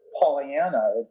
Pollyanna